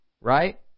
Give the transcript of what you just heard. right